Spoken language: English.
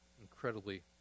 incredibly